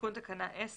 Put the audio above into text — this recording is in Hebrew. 9.תיקון תקנה 10